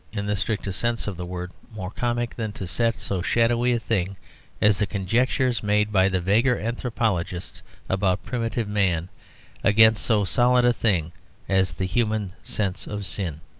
in the strictest sense of the word, more comic than to set so shadowy a thing as the conjectures made by the vaguer anthropologists about primitive man against so solid a thing as the human sense of sin.